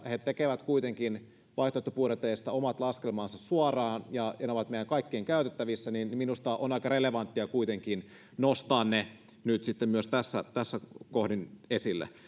he tekevät kuitenkin vaihtoehtobudjeteista omat laskelmansa suoraan ja ne ovat meidän kaikkien käytettävissä niin minusta on aika relevanttia nostaa ne nyt tässä tässä kohdin esille